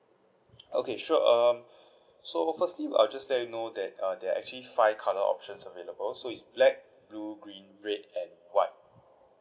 okay sure um so firstly I'll just let you know that uh there are actually five colour options available so it's black blue green red and white